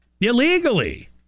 illegally